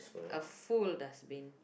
a full dustbin